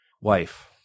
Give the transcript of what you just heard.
Wife